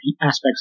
aspects